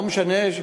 לא משנה,